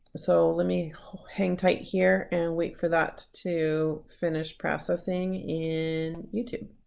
so let me hang tight here and wait for that to finish processing in youtube.